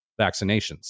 vaccinations